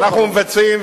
אנחנו מבצעים,